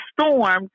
storm